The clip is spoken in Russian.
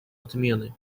отмены